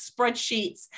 spreadsheets